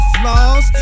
flaws